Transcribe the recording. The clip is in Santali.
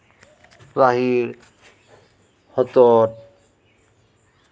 ᱨᱟᱦᱮᱲ ᱦᱚᱛᱚᱫᱽ